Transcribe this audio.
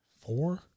four